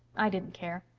i didn't care.